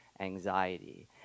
anxiety